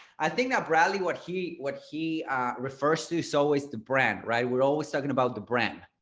i think that bradley what he what he refers to so is the brand, right? we're always talking about the brand.